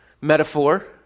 metaphor